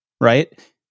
right